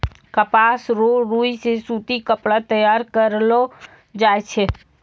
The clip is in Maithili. कपास रो रुई से सूती कपड़ा तैयार करलो जाय छै